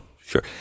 sure